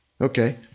Okay